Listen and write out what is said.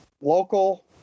local